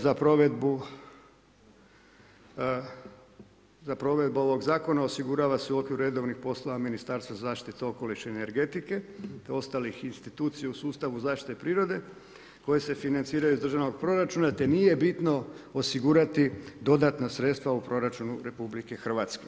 Za provedbu ovoga zakona osigurava se u okviru redovnih poslova Ministarstva zaštite okoliša i energetike te ostalih institucija u sustavu zaštite prirode koje se financiraju iz državnog proračuna te nije bitno osigurati dodatna sredstva u proračunu RH.